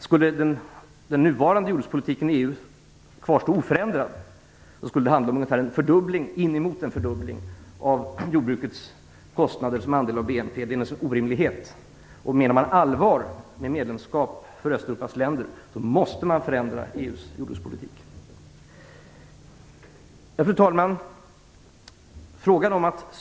Om den nuvarande jordbrukspolitiken i EU skulle kvarstå oförändrad skulle det handla om inemot en fördubbling av jordbrukets kostnader som andel av BNP. Det är naturligtvis en orimlighet. Om man menar allvar med ett medlemskap för Östeuropas länder måste man förändra EU:s jordbrukspolitik. Fru talman!